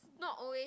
not always